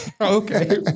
Okay